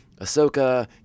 Ahsoka